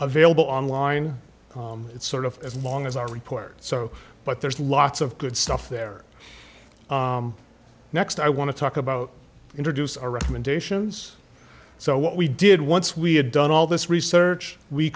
available online it's sort of as long as our report so but there's lots of good stuff there next i want to talk about introduce our recommendations so what we did once we had done all this research we